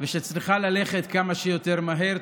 ושהיא צריכה ללכת כמה שיותר מהר.